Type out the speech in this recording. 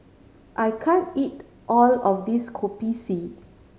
I can't eat all of this Kopi C